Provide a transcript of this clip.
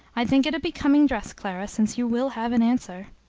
i think it a becoming dress, clara, since you will have an answer.